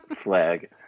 flag